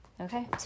Okay